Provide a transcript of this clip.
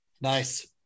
Nice